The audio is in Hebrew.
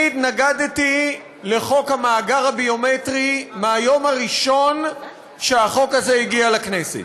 אני התנגדתי לחוק המאגר הביומטרי מהיום הראשון שהחוק הזה הגיע לכנסת,